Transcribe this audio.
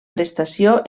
prestació